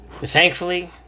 thankfully